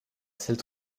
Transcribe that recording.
celle